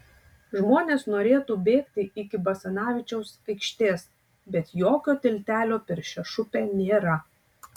žmonės norėtų bėgti iki basanavičiaus aikštės bet jokio tiltelio per šešupę nėra